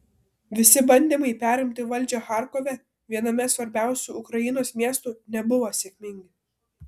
visi bandymai perimti valdžią charkove viename svarbiausių ukrainos miestų nebuvo sėkmingi